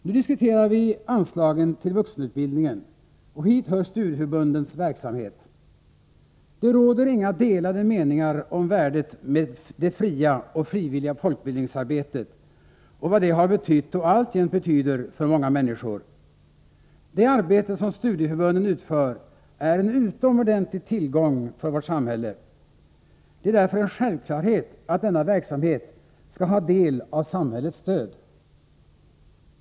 Nu diskuterar vi anslagen till vuxenutbildningen, och hit hör studieförbundens verksamhet. Det råder inga delade meningar om värdet med det fria och frivilliga folkbildningsarbetet och vad det har betytt och alltjämt betyder för många människor. Det arbete som studieförbunden utför är en utomordentlig tillgång för vårt samhälle. Det är därför en självklarhet att denna verksamhet skall ha del av samhällets stöd.